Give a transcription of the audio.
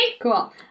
cool